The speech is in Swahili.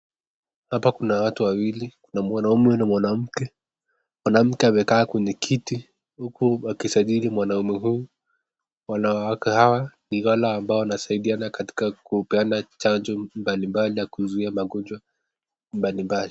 Hapa kunawatu wawili, kuna mwanaume na mwanamke, mwanamke amekaa kwenye kiti, huku akisajili mwanaume huyu, wanawake hawa ni wale ambao wanasaidiana katika kupeana chanjo mbali mbali na kuzuia magonjwa mbali mbali.